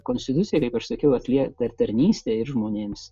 konstitucija kaip aš sakiau atliekate tarnystę ir žmonėms